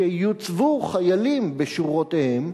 שיוצבו חיילים בשורותיהם,